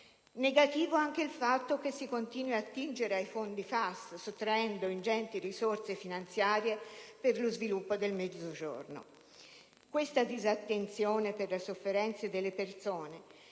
negativo anche il fatto che si continui ad attingere ai fondi FAS, sottraendo ingenti risorse finanziarie per lo sviluppo del Mezzogiorno. Questa disattenzione per le sofferenze delle persone,